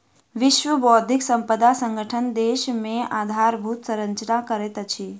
विश्व बौद्धिक संपदा संगठन देश मे आधारभूत संरचना करैत अछि